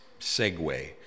segue